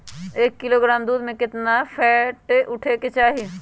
एक किलोग्राम दूध में केतना फैट उठे के चाही?